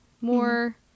more